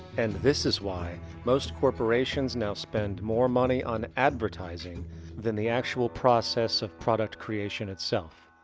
and this is why most corporations now spend more money on advertising than the actual process of product creation itself.